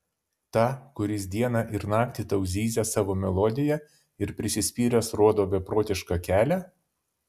tą kuris dieną ir naktį tau zyzia savo melodiją ir prisispyręs rodo beprotišką kelią